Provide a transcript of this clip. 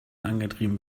angetrieben